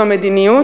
זו מדיניות,